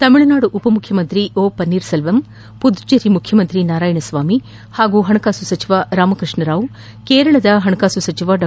ತಮಿಳುನಾಡು ಉಪಮುಖ್ಯಮಂತ್ರಿ ಓಪನ್ನೀರ್ ಸೆಲ್ಲಂ ಮದುಚೇರಿ ಮುಖ್ಯಮಂತ್ರಿ ನಾರಾಯಣಸ್ವಾಮಿ ಹಾಗೂ ಪಣಕಾಸು ಸಚಿವ ರಾಮಕೃಷ್ಣರಾವ್ ಕೇರಳದ ಹಣಕಾಸು ಸಚಿವ ಡಾ